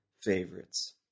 favorites